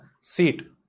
seat